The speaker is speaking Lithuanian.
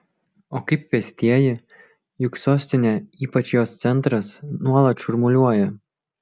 o kaip pėstieji juk sostinė ypač jos centras nuolat šurmuliuoja